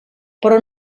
però